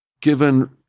given